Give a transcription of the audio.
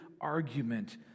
argument